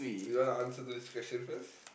you wanna answer to this question first